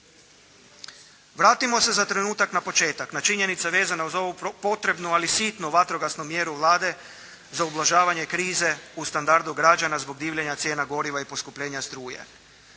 Vratimo se za trenutak na početak, na činjenice vezane uz ovu potrebnu, ali sitnu vatrogasnu mjeru Vlade za ublažavanje krize u standardu građana zbog divljanja cijena goriva i poskupljenja struje.